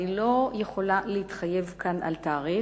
אני לא יכולה להתחייב כאן על תאריך.